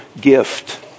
gift